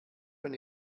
von